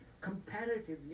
comparatively